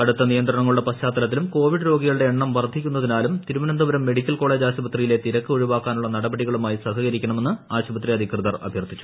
കടുത്ത നിയന്ത്രണങ്ങളുടെ പശ്ചാത്തലത്തിലും കോവിഡ് രോഗികളുടെ എണ്ണം വർദ്ധിക്കുന്നതിനാലും തിരുവനന്തപുരം മെഡിക്കൽ കോളേജ് ആശുപത്രിയിലെ തിരക്ക് ഒഴിവാക്കാനുള്ള നടപടികളുമായി സഹകരിക്കണമെന്ന് ആശുപത്രി അധികൃതർ അഭ്യർത്ഥിച്ചു